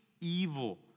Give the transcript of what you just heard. evil